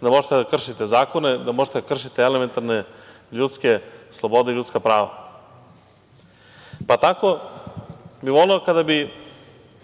da možete da kršite zakone, da možete da kršite elementarne ljudske slobode, ljudska prava. Tako bih voleo kada bi